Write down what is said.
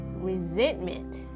resentment